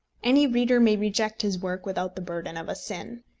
any reader may reject his work without the burden of a sin.